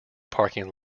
parking